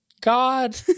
God